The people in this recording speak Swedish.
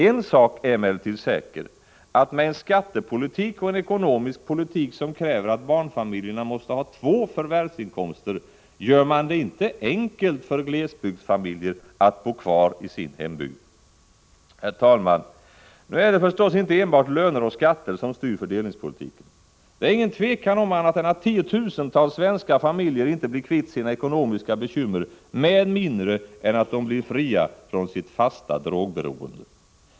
En sak är emellertid säker: med en skattepolitik och en ekonomisk politik som kräver att barnfamiljerna måste ha två förvärvsinkomster gör man det inte enkelt för glesbygdsfamiljer att bo kvar i sin hembygd. Herr talman! Nu är det förstås inte enbart löner och skatter som styr fördelningspolitiken. Det är inget tvivel om annat än att tiotusentals svenska familjer inte blir kvitt sina ekonomiska bekymmer med mindre än att de blir fria från sitt fasta drogberoende.